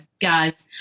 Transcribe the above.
guys